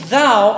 Thou